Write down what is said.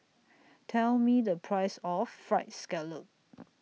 Tell Me The Price of Fried Scallop